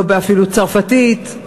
אפילו לא בצרפתית,